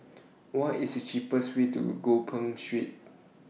What IS The cheapest Way to Gopeng Street